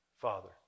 Father